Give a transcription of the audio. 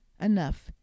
enough